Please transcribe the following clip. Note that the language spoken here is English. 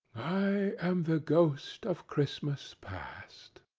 i am the ghost of christmas past.